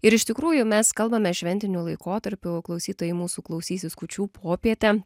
ir iš tikrųjų mes kalbame šventiniu laikotarpiu klausytojai mūsų klausysis kūčių popietę